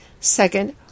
second